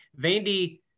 Vandy